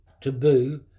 taboo